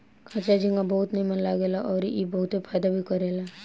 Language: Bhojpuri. कच्चा झींगा बहुत नीमन लागेला अउरी ई बहुते फायदा भी करेला